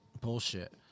bullshit